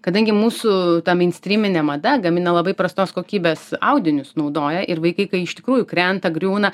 kadangi mūsų meinstryminė mada gamina labai prastos kokybės audinius naudoja ir vaikai kai iš tikrųjų krenta griūna